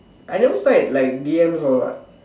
I never slide like D_Ms all what